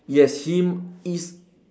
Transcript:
yes him is